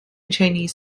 chinese